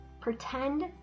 Pretend